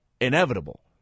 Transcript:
inevitable